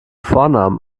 vornamen